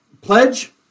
pledge